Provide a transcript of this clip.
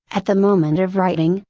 at the moment of writing,